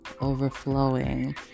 overflowing